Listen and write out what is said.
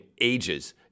ages